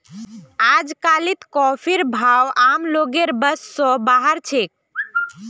अजकालित कॉफीर भाव आम लोगेर बस स बाहर छेक